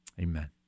amen